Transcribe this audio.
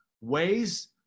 ways